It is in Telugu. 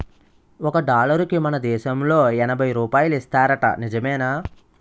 ఒక డాలరుకి మన దేశంలో ఎనబై రూపాయలు ఇస్తారట నిజమేనా